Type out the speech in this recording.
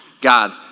God